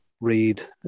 read